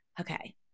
okay